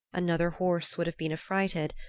another horse would have been affrighted,